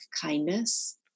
kindness